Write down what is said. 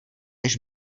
než